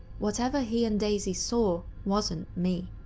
whatever he and daisy saw wasn't me.